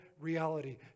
reality